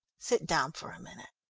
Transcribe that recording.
sit down for a minute.